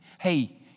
hey